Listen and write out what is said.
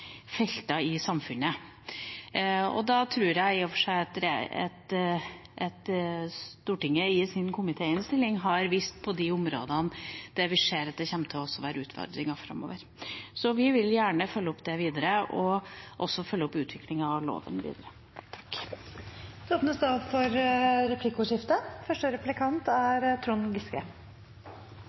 felt i samfunnet. Det tror jeg i og for seg at Stortinget i sin komitéinnstilling har vist på de områdene der vi ser at det kommer til å være utfordringer framover. Vi følger gjerne opp det videre og vil også følge opp utviklingen av loven. Det blir replikkordskifte.